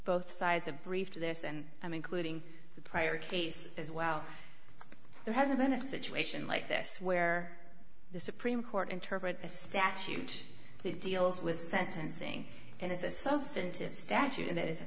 both sides of brief to this and i'm including the prior case as well there hasn't been a situation like this where the supreme court interpret a statute that deals with sentencing and it's a substantive statute and it is a